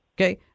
okay